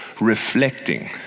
reflecting